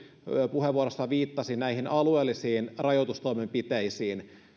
puheenvuorossaan viittasi näistä alueellisista rajoitustoimenpiteistä